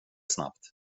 snabbt